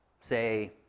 say